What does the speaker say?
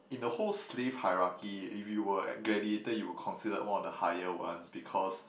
in the whole slave hierarchy if you were a gladiator you were considered one of the higher ones because